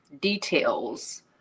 details